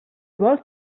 vols